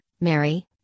Mary